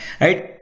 right